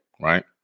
Right